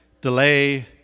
delay